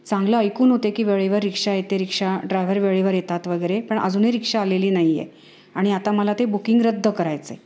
चांगलं ऐकून होते की वेळेवर रिक्षा येते रिक्षा ड्रायव्हर वेळेवर येतात वगैरे पण अजूनही रिक्षा आलेली नाही आहे आणि आता मला ते बुकिंग रद्द करायचं आहे